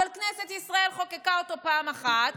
אבל כנסת ישראל חוקקה אותו פעם אחת,